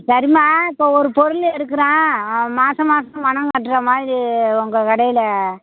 சரிமா இப்போ ஒரு பொருள் எடுக்குறேன் மாசம் மாசம் பணம் கட்டுற மாதிரி உங்கள் கடையில்